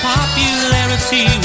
Popularity